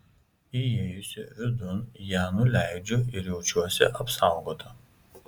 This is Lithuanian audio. įėjusi vidun ją nuleidžiu ir jaučiuosi apsaugota